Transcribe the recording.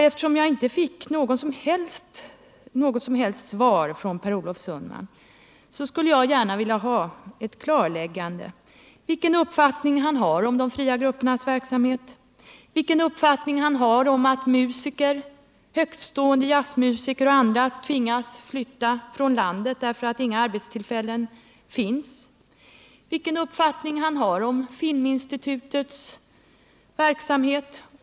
Eftersom jag inte fick något som helst svar från Per Olof Sundman skulle jag gärna vilja veta vilken uppfattning han har om de fria gruppernas verksamhet, vilken uppfattning han har om att musiker, högtstående jazzmusiker och andra tvingas flytta från landet, därför att det inte finns några arbetstillfällen för dem här. Vilken uppfattning har han om Filminstitutets verksamhet?